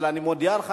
אבל אני כבר מודיע לך,